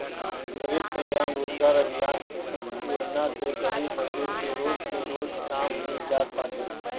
गरीब कल्याण रोजगार अभियान योजना से गरीब मजदूर के रोज के रोज काम मिल जात बाटे